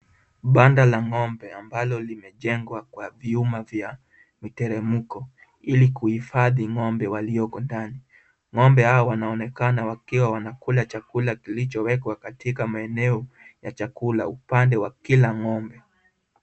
Banda la ng'ombe ambalo limejengwa kwa vyuma vya miteremko ili kuhifadhi ng'ombe walioko ndani. Ng'ombe hao wanaonekana wakiwa wanakula chakula kilichowekwa katika maeneo ya chakula upande wa kila ng'ombe.